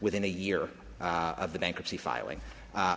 within a year of the bankruptcy filing